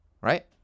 right